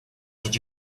did